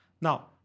Now